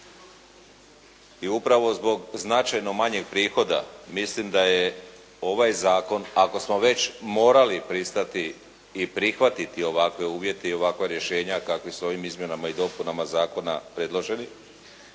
I upravo zbog značajno manjeg prihoda mislim da je ovaj zakon ako smo već morali pristati i prihvatiti ovakve uvjete i ovakva rješenja kakve su ovim izmjenama i dopunama zakona predloženi,